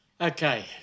Okay